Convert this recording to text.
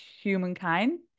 humankind